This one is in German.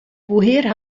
woher